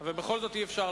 אדוני השר,